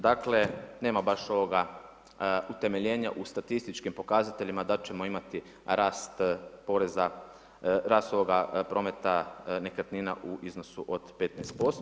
Dakle, nema baš ovoga utemeljenja u statističkim pokazateljima da ćemo imati rast poreza, rast, ovoga, prometa nekretnina u iznosu od 15%